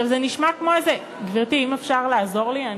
זה נשמע כמו איזה, גברתי, אם אפשר לעזור לי.